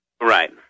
Right